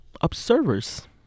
observers